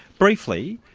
briefly,